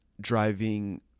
driving